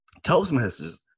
Toastmasters